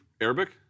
Arabic